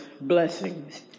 blessings